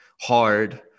hard